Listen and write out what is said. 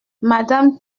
madame